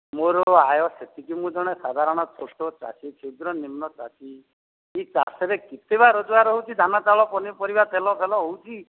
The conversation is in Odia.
ମୋର ଆୟ ସେତିକି ମୁଁ ଜଣେ ସାଧାରଣ ଛୋଟ ଚାଷୀ କ୍ଷୁଦ୍ର ନିମ୍ନ ଚାଷୀ ଏ ଚାଷରେ କେତେ ବା ରୋଜଗାର ହେଉଛି ଧାନ ଚାଉଳ ପନିପରିବା ତେଲ ଫେଲ ହେଉଛି